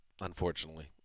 unfortunately